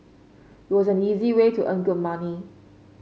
it was an easy way to earn good money